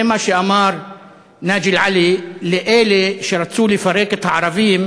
זה מה שאמר נאג'י אל-עלי לאלה שרצו לפרק את הערבים